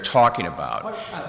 talking about u